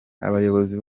abayobozi